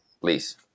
please